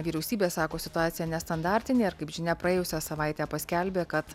vyriausybė sako situacija nestandartinė ir kaip žinia praėjusią savaitę paskelbė kad